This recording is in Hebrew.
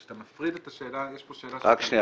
כשאתה מפריד את השאלה יש פה שאלה שהיא מהותית --- רק שנייה,